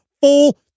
full